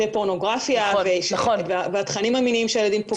פורנוגרפיה והתכנים המיניים שהילדים פוגשים.